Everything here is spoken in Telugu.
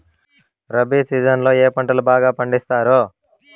రబి సీజన్ లో ఏ పంటలు బాగా పండిస్తారు